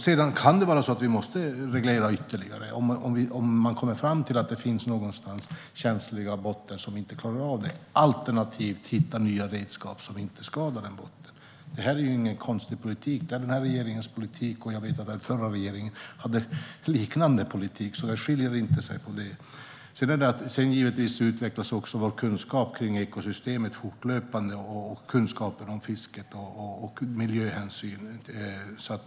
Sedan kan det vara så att vi måste reglera ytterligare om man kommer fram till att det någonstans finns känsliga bottnar som inte klarar av det här. Alternativt får man hitta nya redskap så att vi inte skadar en botten. Det är ingen konstig politik. Det är den här regeringens politik, och jag vet att den förra regeringen hade en liknande politik, så det skiljer sig inte. Givetvis utvecklas också vår kunskap kring ekosystemet, fisket och miljöhänsynen fortlöpande.